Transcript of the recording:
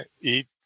eat